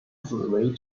子为